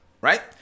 right